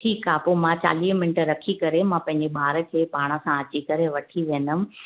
ठीकु आहे पोइ मां चालीह मिंट रखी करे मां पंहिंजे ॿार खे पाण सां अची करे वठी वेंदमि